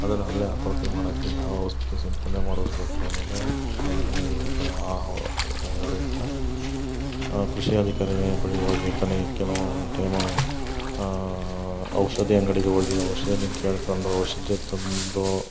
ಅದನ್ನ ಅಲ್ಲೇ ಹತೋಟಿ ಮಾಡಕೆ ಯಾವ ಔಷ್ಧಿ ಸಿಂಪಡಣೆ ಮಾಡಿಸ್ಬೇಕು ಅನ್ನೋದು ಈಗ ಆ ರೈತ ಕೃಷಿ ಅಧಿಕಾರಿನೇ ಬಳಿ ಹೋಗಿರ್ತಾನೆ ಕೆಲವೊಂದು ಟೈಮು ಔಷಧಿ ಅಂಗಡಿಗೆ ಹೋಗಿ ಔಷಧವನ್ನು ಕೇಳ್ಕೊಂಡು ಔಷಧಿಯ ತಂದು